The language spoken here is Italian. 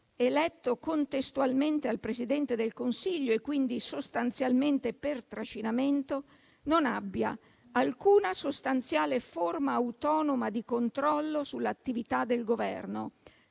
eletto contestualmente al Presidente del Consiglio e quindi sostanzialmente per trascinamento, non abbia alcuna sostanziale forma autonoma di controllo sull'attività del Governo,